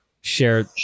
share